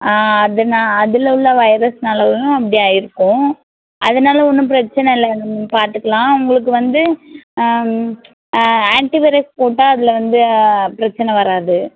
ஆ அதுனால் அதில் உள்ள வைரஸ்னாலேவும் அப்படி ஆகிருக்கும் அதனால ஒன்றும் பிரச்சின இல்லை எதுவும் பார்த்துக்கலாம் உங்களுக்கு வந்து ஆம் ஆ ஆன்ட்டிவைரஸ் போட்டால் அதில் வந்து பிரச்சின வராது